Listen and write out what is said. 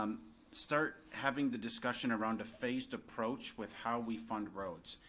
um start having the discussion around a phased approach with how we fund roads.